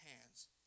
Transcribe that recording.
hands